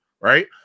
right